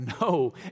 No